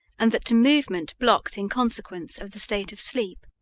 and that to movement blocked in consequence of the state of sleep.